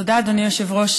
תודה, אדוני היושב-ראש.